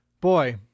boy